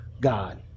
God